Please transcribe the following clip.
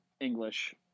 English